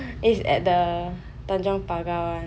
it's at the the tanjong pagar one